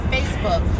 Facebook